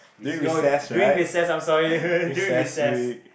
oh during recess I'm sorry during recess